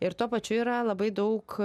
ir tuo pačiu yra labai daug